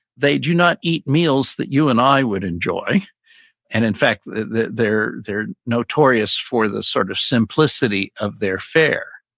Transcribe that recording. they do not eat meals that you and i would enjoy and in fact they're they're notorious for the sort of simplicity of their fair,